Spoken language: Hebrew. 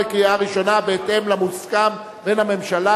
25 בעד, אין מתנגדים, אין נמנעים.